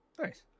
Nice